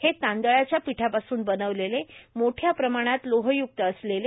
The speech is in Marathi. हे तांदळाच्या पीठापासून बनलेले मोठ्या प्रमाणात लोहयुक्त असतील